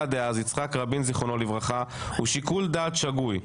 דאז רבין זיכרונו לברכה הוא שיקול דעת שגוי .